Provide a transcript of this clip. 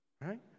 right